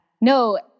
no